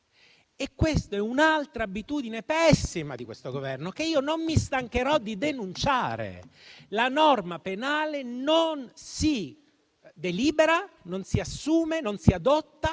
e questa è un'altra pessima abitudine di questo Governo, che io non mi stancherò di denunciare. La norma penale non si delibera, non si assume, non si adotta